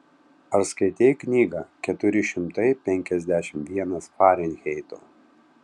ar skaitei knygą keturi šimtai penkiasdešimt vienas farenheito